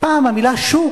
פעם המלה "שוק"